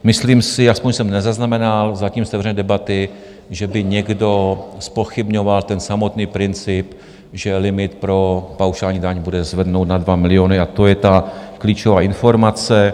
Myslím si, aspoň jsem nezaznamenal zatím z otevřené debaty, že by někdo zpochybňoval ten samotný princip, že limit pro paušální daň bude zvednut na 2 miliony, a to je ta klíčová informace.